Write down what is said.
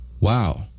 Wow